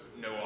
no